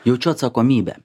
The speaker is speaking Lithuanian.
jaučiu atsakomybę